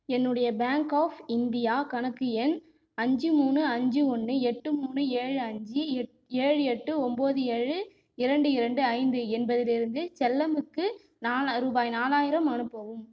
என்னுடைய bank of India கணக்கு எண் அஞ்சு மூணு அஞ்சு ஒன்று எட்டு மூணு ஏழு அஞ்சு ஏழு எட்டு ஒன்பது ஏழு ரெண்டு ரெண்டு ஐந்து என்பதிலிருந்து செல்லமுக்கு ரூபாய் நாலாயிரம் அனுப்பவும்